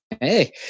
Hey